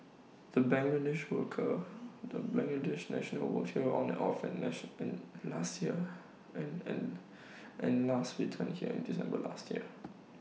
the Bangladesh worker the Bangladesh national worked here on and off and last returned here in December last year